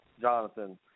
Jonathan